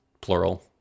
Plural